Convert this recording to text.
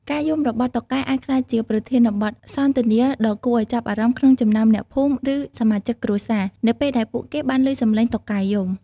ការយំរបស់តុកែអាចក្លាយជាប្រធានបទសន្ទនាដ៏គួរឱ្យចាប់អារម្មណ៍ក្នុងចំណោមអ្នកភូមិ ឬសមាជិកគ្រួសារ នៅពេលដែលពួកគេបានឮសំឡេងតុកែយំ។